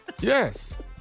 Yes